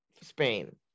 Spain